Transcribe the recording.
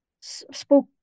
spoke